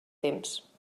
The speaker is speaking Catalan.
temps